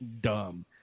dumb